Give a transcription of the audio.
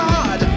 God